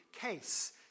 case